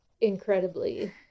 incredibly